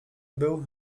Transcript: był